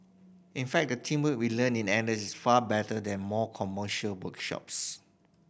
in fact the teamwork we learn in N S is far better than more commercial workshops